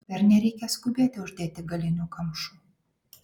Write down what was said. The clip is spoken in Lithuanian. dar nereikia skubėti uždėti galinių kamšų